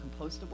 compostable